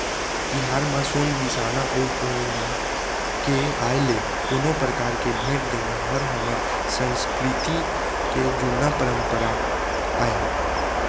तिहार म सोन बिसाना अउ पहुना के आय ले कोनो परकार के भेंट देना हर हमर संस्कृति के जुन्ना परपंरा आय